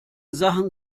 sachen